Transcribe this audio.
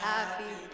Happy